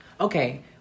okay